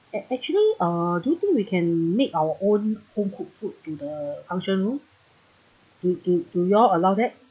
act actually uh do you think we can make our own home cooked food to the function room do do do y'all allow that